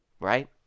right